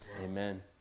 Amen